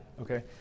okay